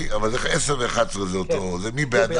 מי בעד?